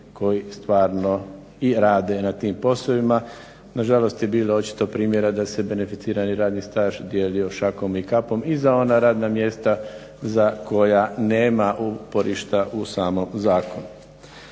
koji stvarno i rade na tim poslovima. Nažalost je očito bilo primjera da se beneficirani radni staž dijelio šakom i kapom i za ona radna mjesta za koja nema uporišta u samom zakonu.